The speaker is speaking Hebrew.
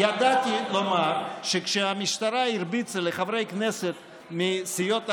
ידעתי לומר שכשהמשטרה הרביצה לחברי כנסת מסיעות ערביות,